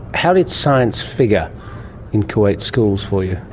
how did science figure in kuwait schools for you?